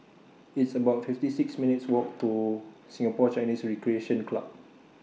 It's about fifty six minutes' Walk to Singapore Chinese Recreation Club